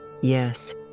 Yes